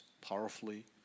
powerfully